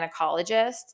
gynecologist